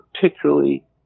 particularly